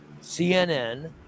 CNN